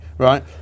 Right